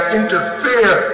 interfere